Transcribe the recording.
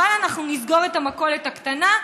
אבל אנחנו נסגור את המכולת הקטנה,